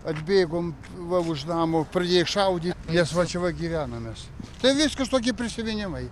atbėgom va už namo pradėjo šaudyt nes va čia va gyvenam mes tai viskas tokie prisiminimai